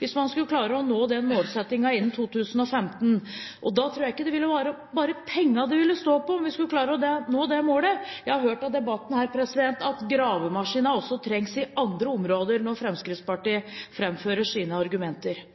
hvis man skal klare å nå en slik målsetting innen 2015. Og da tror jeg ikke det ville være bare pengene det ville stå på, om vi skulle klare å nå det målet. Jeg har hørt av debatten her at gravemaskinene også trengs på andre områder der Fremskrittspartiet framfører sine argumenter.